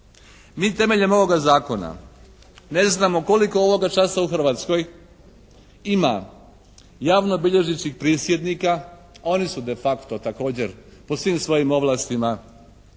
Mi temeljem ovoga Zakona ne znamo koliko ovoga časa u Hrvatskoj ima javno-bilježničkih prisjednika. Oni su de facto također po svim svojim ovlastima javni